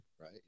right